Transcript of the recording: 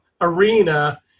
arena